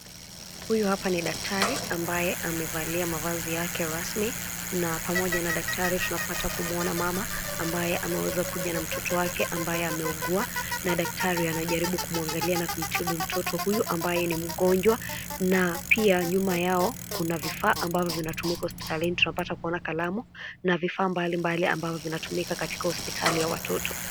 Huyu hapa ni daktari ambaye amevalia mavazi yake rasmi na pamoja na daktari tunapata kumuona mama ambaye ameweza kuja na mtoto wake ambaye ameugua na daktari anajaribu kumwangalia na kumtibu mtoto huyo ambaye ni mgonjwa na pia nyuma yao kuna vifaa ambavyo vinatumika hospitalini. Tunapata kuona kalamu na vifaa mbalimbali ambavyo vinatumika katika hospitali ya watoto.